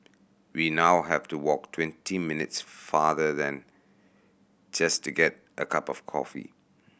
we now have to walk twenty minutes farther than just get a cup of coffee